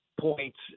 Points